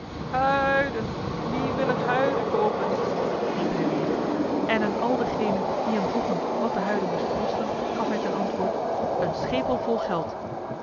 huiden wie wil er huiden koopen riep hij weer en aan al degenen die hem vroegen wat de huiden moesten kosten gaf hij ten antwoord een schepel vol geld